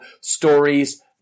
stories